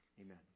Amen